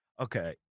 okay